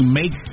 make